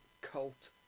cult